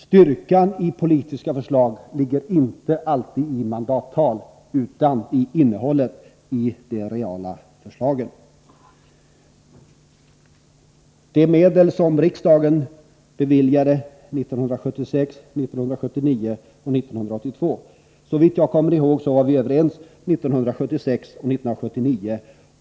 Styrkan i politiska förslag ligger inte alltid i mandattal, utan i det reella innehållet i förslagen. Så till frågan om de medel som riksdagen beviljade 1976, 1979 och 1982. Såvitt jag kommer ihåg var vi överens om medlen 1976 och 1979.